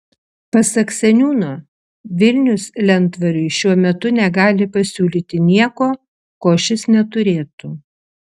pasak seniūno vilnius lentvariui šiuo metu negali pasiūlyti nieko ko šis neturėtų